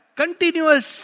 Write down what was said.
continuous